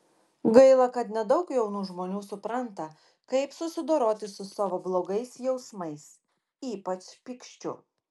gaila kad nedaug jaunų žmonių supranta kaip susidoroti su savo blogais jausmais ypač pykčiu